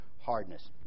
hardness